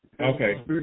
Okay